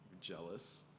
jealous